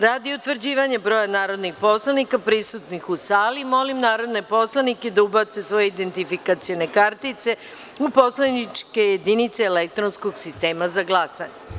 Radi utvrđivanja broja narodnih poslanika prisutnih u sali, molim narodne poslanike da ubace svoje identifikacione kartice u poslaničke jedinice elektronskog sistema za glasanje.